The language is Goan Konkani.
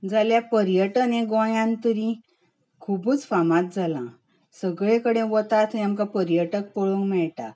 जाल्यार पर्यटन हें गोंयांत तरी खुबूच फामाद जालां सगळे कडेन वता थंय आमकां पर्यटक पळोवंक मेळटात